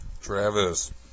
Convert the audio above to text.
Travis